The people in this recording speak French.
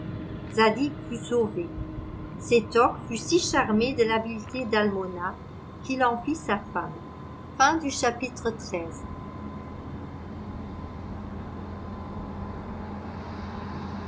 fut sauvé sétoc fut si charmé de l'habileté d'almona qu'il en fit sa femme